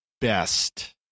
best